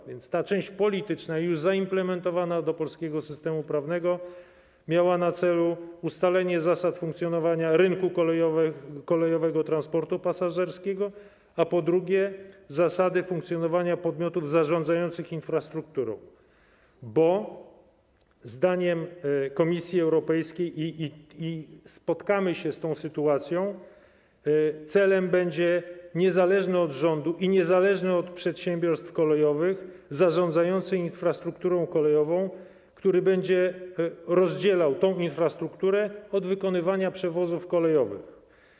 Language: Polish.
A więc ta część polityczna, już zaimplementowana do polskiego systemu prawnego, miała na celu ustalenie zasad funkcjonowania rynku kolejowego transportu pasażerskiego oraz zasad funkcjonowania podmiotów zarządzających infrastrukturą, bo zdaniem Komisji Europejskiej - i spotkamy się z tą sytuacją - celem będzie powstanie niezależnego od rządu i niezależnego od przedsiębiorstw kolejowych zarządzającego infrastrukturą kolejową, który będzie oddzielał tę infrastrukturę od wykonywania przewozów kolejowych.